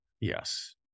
Yes